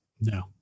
No